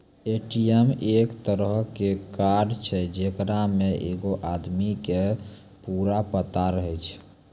ATM एक तरहो के कार्ड छै जेकरा मे एगो आदमी के पूरा पता रहै छै